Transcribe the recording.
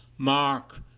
mark